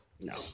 No